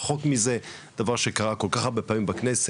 רחוק מזה, דבר שקרה כל כך הרבה פעמים בכנסת.